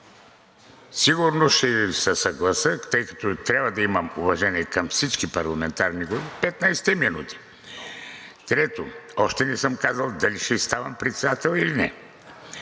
сигурно ще се съглася, тъй като трябва да имам уважение към всички парламентарни групи за 15-те минути. Трето, още не съм казал дали ще ставам председател или не.